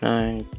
Nine